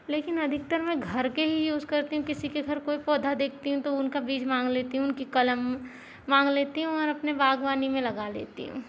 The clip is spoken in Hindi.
लेकिन अधिकतर मैं घर के ही यूज करती हूँ किसी के घर कोई पौधा देखती हूँ तो उनका बीज मांग लेती हूँ उनकी कलम मांग लेती हूँ और अपने बागवानी में लगा लेती हूँ